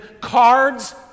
cards